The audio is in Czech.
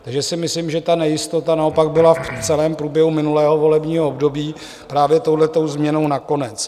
Takže si myslím, že ta nejistota naopak byla v celém průběhu minulého volebního období právě touhle změnou nakonec.